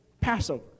Passover